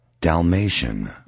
Dalmatian